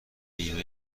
نیمه